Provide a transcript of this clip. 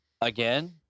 Again